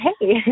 Hey